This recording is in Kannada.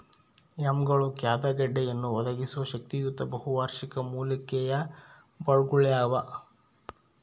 ಯಾಮ್ಗಳು ಖಾದ್ಯ ಗೆಡ್ಡೆಯನ್ನು ಒದಗಿಸುವ ಶಕ್ತಿಯುತ ಬಹುವಾರ್ಷಿಕ ಮೂಲಿಕೆಯ ಬಳ್ಳಗುಳಾಗ್ಯವ